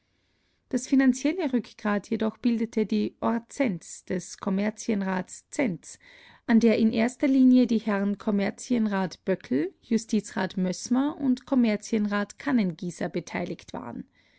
das finanzielle rückgrat jedoch bildete die orzentz des kommerzienrats zentz an der in erster linie die herren kommerzienrat böckel justizrat mössmer und kommerzienrat kannengießer beteiligt waren